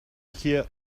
here